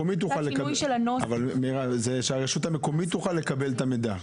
או שהרשות המקומית תוכל לקבל את המידע.